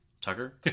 Tucker